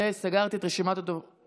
וסגרתי את רשימת הדוברים היום.